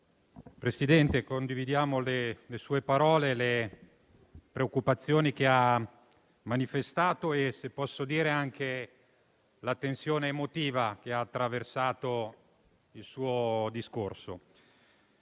Consiglio, condividiamo le sue parole, le preoccupazioni che ha manifestato e - se posso dire - anche la tensione emotiva che ha attraversato il suo discorso.